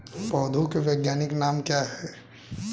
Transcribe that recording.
पौधों के वैज्ञानिक नाम क्या हैं?